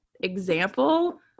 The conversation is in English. Example